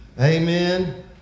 amen